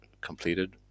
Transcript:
completed